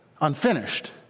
unfinished